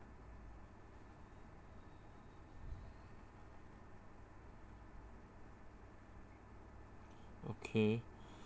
okay